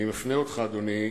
אני מפנה אותך, אדוני,